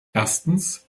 erstens